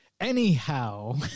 Anyhow